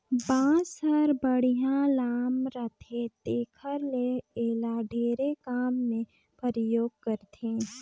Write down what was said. बांस हर बड़िहा लाम रहथे तेखर ले एला ढेरे काम मे परयोग करथे